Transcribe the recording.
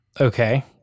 Okay